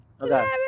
Okay